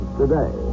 today